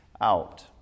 out